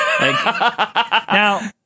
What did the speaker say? Now